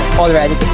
already